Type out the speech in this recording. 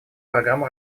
программу